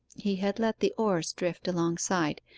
he had let the oars drift alongside,